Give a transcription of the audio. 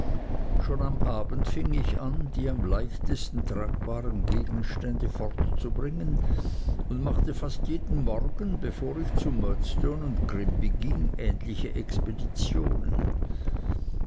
schon am abend fing ich an die am leichtesten tragbaren gegenstände fortzubringen und machte fast jeden morgen bevor ich zu murdstone grinby ging ähnliche expeditionen